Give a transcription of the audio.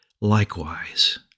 likewise